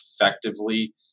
effectively